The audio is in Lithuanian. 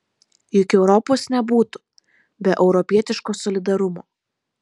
juk europos nebūtų be europietiško solidarumo